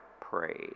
prayed